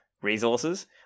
resources